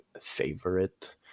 favorite